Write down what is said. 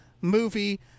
movie